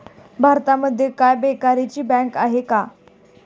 भारतामध्ये काय बेकारांची बँक आहे का?